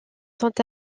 sont